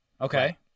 okay